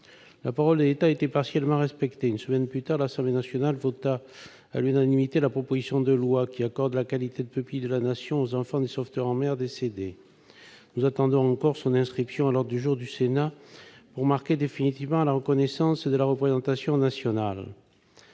La parole de l'État a été partiellement respectée : une semaine plus tard, l'Assemblée nationale a voté à l'unanimité la proposition de loi qui accorde la qualité de pupille de la Nation aux enfants de sauveteurs en mer décédés. Nous attendons encore l'inscription de ce texte à l'ordre du jour du Sénat pour marquer définitivement la reconnaissance de la représentation nationale.